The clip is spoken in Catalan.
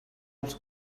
als